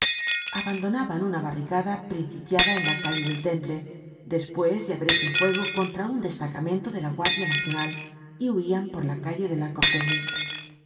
abandonaban una barricada principiada en la calle del temple despues de haber hecho fuego contra un destacamento de la guardia nacional y huian por la calle de la